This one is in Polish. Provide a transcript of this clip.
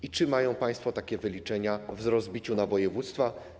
I czy mają państwo takie wyliczenia w rozbiciu na województwa?